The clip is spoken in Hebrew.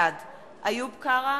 בעד איוב קרא,